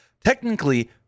technically